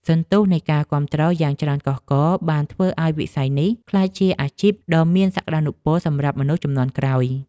សន្ទុះនៃការគាំទ្រយ៉ាងច្រើនកុះករបានធ្វើឱ្យវិស័យនេះក្លាយជាអាជីពដ៏មានសក្តានុពលសម្រាប់មនុស្សជំនាន់ក្រោយ។